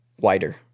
wider